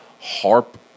harp